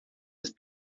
ist